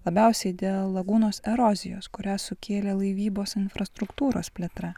labiausiai dėl lagūnos erozijos kurią sukėlė laivybos infrastruktūros plėtra